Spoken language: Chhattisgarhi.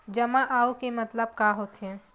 जमा आऊ के मतलब का होथे?